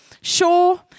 Sure